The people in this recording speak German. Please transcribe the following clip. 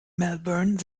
melbourne